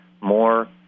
more